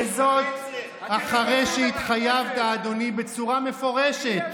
וזה אחרי שהתחייבת, אדוני, בצורה מפורשת,